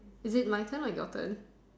is it my turn or your turn